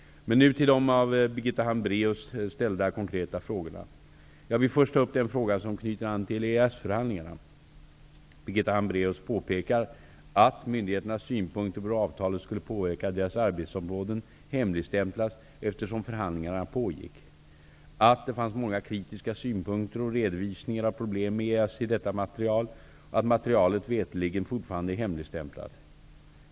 Men nu till de av Birgitta Hambraeus ställda, konkreta frågorna. Jag vill först ta upp den fråga som knyter an till EES-förhandlingarna. Birgitta Hambraeus påpekar att myndigheternas synpunkter på hur avtalet skulle påverka deras arbetsområden hemligstämplades eftersom förhandlingarna pågick, att det fanns många kritiska synpunkter och redovisningar av problem med EES i detta material och att materialet veterligen fortfarande är hemligstämplat.